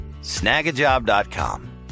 snagajob.com